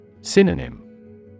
Synonym